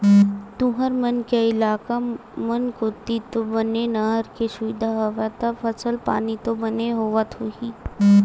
तुंहर मन के इलाका मन कोती तो बने नहर के सुबिधा हवय ता फसल पानी तो बने होवत होही?